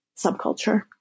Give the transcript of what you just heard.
subculture